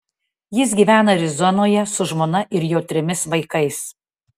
jis gyvena arizonoje su žmona ir jau trimis vaikais